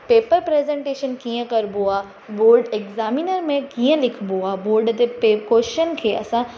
paper presentation कीअं कबो आहे बॉड एक्सामिनर में कीअं लिखिबो आहे बॉड ते पे कोशयन खे असां